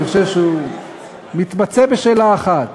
אני חושב שהוא מתמצה בשאלה אחת: